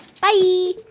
Bye